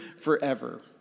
forever